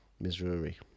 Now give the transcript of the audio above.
Misery